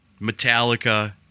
Metallica